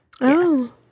Yes